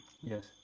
Yes